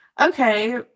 Okay